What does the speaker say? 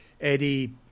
Eddie